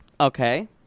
Okay